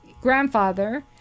Grandfather